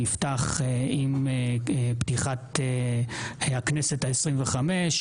נפתח עם פתיחת הכנסת העשרים וחמש,